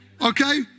Okay